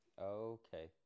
Okay